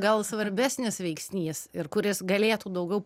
gal svarbesnis veiksnys ir kur jis galėtų daugiau